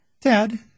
Ted